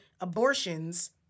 abortions